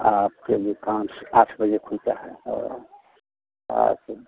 आपकी दुकान आठ बजे खुलती है आकर